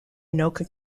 anoka